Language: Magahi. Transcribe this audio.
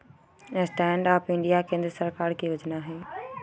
स्टैंड अप इंडिया केंद्र सरकार के जोजना हइ